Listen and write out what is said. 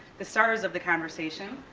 the stars of the conversation.